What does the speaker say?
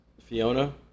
Fiona